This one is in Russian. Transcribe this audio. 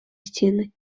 стены